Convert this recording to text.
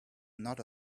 not